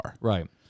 Right